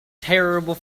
terrible